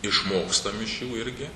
išmokstam iš jų irgi